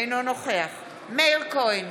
אינו נוכח מאיר כהן,